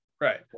Right